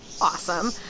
awesome